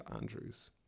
andrews